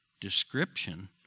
description